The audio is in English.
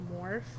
morph